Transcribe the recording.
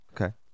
okay